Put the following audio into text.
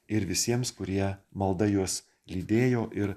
ir visiems kurie malda juos lydėjo ir